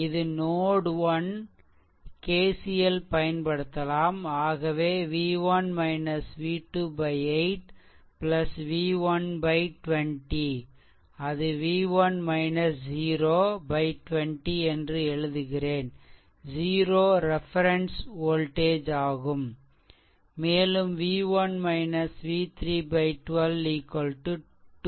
இது நோட்1 KCL பயன்படுத்தலாம்ஆகவே v1 v2 8 v1 20 அது v1 0 20 என்று எழுதுகிறேன் 0 ரெஃபெரென்ஸ் வோல்டேஜ் ஆகும்மேலும் v1 v3 12 2